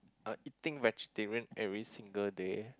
are eating vegetarian every single day